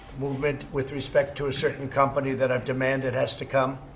movement with respect to a certain company that i've demanded has to come,